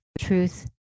truth